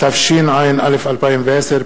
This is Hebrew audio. התשע"א 2010,